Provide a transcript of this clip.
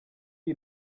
iyi